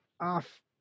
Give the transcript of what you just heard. off